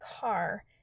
car